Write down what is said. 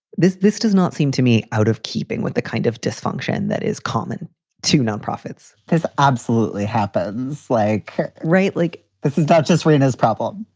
this. this does not seem to me out of keeping with the kind of dysfunction that is common to nonprofits. there's absolutely happens. like right. like, this is not just whitney's problem.